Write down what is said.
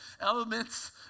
elements